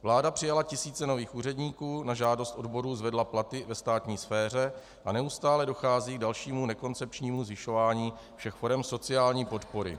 Vláda přijala tisíce nových úředníků, na žádost odborů zvedla platy ve státní sféře a neustále dochází k dalšímu nekoncepčnímu zvyšování všech forem sociální podpory.